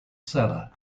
seller